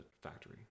factory